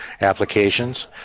applications